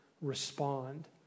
respond